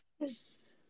Yes